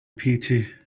pity